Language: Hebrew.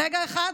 רגע אחד,